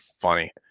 funny